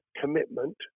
commitment